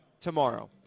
tomorrow